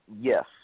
Yes